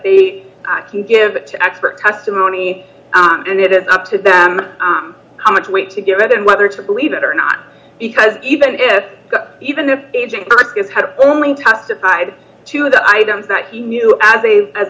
they can give to expert testimony and it is up to them how much weight to give it and whether to believe it or not because even if even if this had only testified to the items that he knew as a as